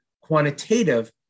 Quantitative